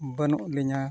ᱵᱟᱹᱱᱩᱜ ᱞᱤᱧᱟᱹ